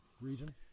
region